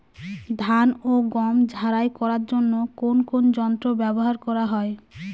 ধান ও গম ঝারাই করার জন্য কোন কোন যন্ত্র ব্যাবহার করা হয়?